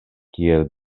kiel